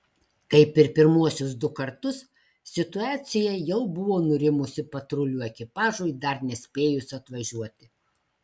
kaip ir pirmuosius du kartus situacija jau buvo nurimusi patrulių ekipažui dar nespėjus atvažiuoti